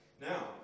Now